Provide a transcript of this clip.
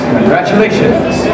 congratulations